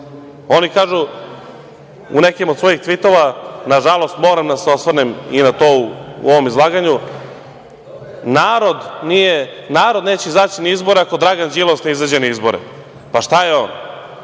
kažu u nekim od svojih tvitova, nažalost, moram da se osvrnem i na to u ovom izlaganju – narod neće izaći na izbore ako Dragan Đilas ne izađe na izbore. Pa, šta je on?